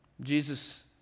Jesus